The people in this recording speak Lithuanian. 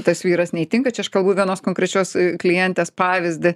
tas vyras neįtinka čia aš kalbu vienos konkrečios klientės pavyzdį